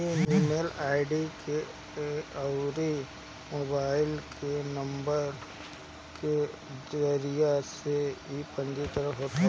email ID अउरी mobile number के जरिया से इ पंजीकरण होत हवे